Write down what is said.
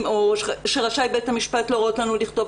או שרשאי בית המשפט להורות לנו לכתוב.